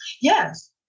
Yes